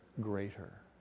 Greater